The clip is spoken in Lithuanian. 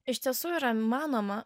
iš tiesų yra manoma